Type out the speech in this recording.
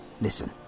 listen